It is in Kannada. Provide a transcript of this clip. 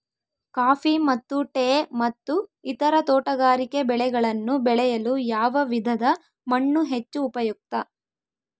ಕಾಫಿ ಮತ್ತು ಟೇ ಮತ್ತು ಇತರ ತೋಟಗಾರಿಕೆ ಬೆಳೆಗಳನ್ನು ಬೆಳೆಯಲು ಯಾವ ವಿಧದ ಮಣ್ಣು ಹೆಚ್ಚು ಉಪಯುಕ್ತ?